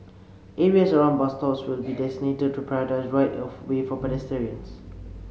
areas around bus stops will be designated to prioritise right of way for pedestrians